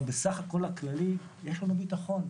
אבל בסך הכול הכללי יש לנו ביטחון.